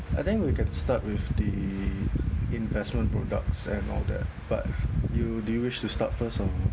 I think we can start with the investment products and all that but you do you wish to start first or